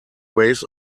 ways